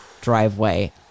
driveway